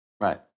Right